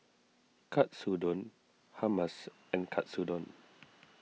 Katsudon Hummus and Katsudon